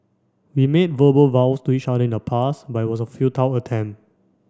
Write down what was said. we made verbal vows to each other in the past but it was a futile attempt